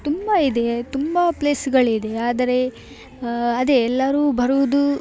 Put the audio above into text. ತುಂಬ ಇದೆ ತುಂಬ ಪ್ಲೇಸುಗಳಿದೆ ಆದರೆ ಅದೇ ಎಲ್ಲರೂ ಬರುವುದು